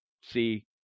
see